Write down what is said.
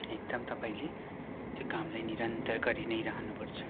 एकदम तपाईँले त्यो कामलाई निरन्तर गरि नै रहनुपर्छ